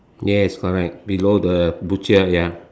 yes correct below the butcher ya